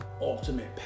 ultimate